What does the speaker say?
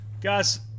Guys